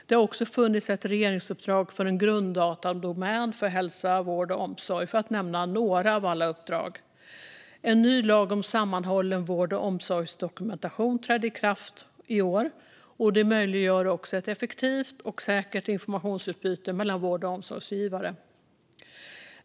Det har också funnits ett regeringsuppdrag för en grunddatadomän för hälsa, vård och omsorg - för att nämna några av uppdragen. En ny lag om sammanhållen vård och omsorgsdokumentation trädde i kraft i år, vilket möjliggör ett effektivt och säkert informationsutbyte mellan vård och omsorgsgivare.